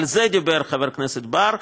על זה דיבר חבר הכנסת בר,